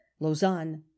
Lausanne